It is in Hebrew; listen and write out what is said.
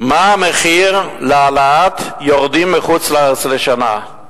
מה המחיר של העלאת יורדים מחוץ-לארץ לשנה.